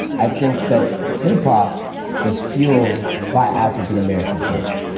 i think that hip hop is fueled by african american culture.